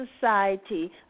Society